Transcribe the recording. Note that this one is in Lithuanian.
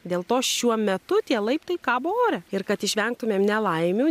dėl to šiuo metu tie laiptai kabo ore ir kad išvengtumėm nelaimių